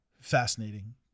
fascinating